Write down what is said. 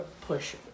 push